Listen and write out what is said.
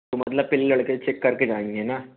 तो मतलब पहले लड़के चेक करके जाएँगे ना